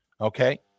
Okay